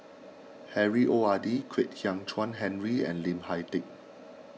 Harry Ord Kwek Hian Chuan Henry and Lim Hak Tai